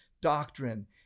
doctrine